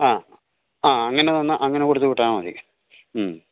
ആ ആ അങ്ങനെ തന്നാൽ അങ്ങനെ കൊടുത്ത് വിട്ടാൽ മതി ഉം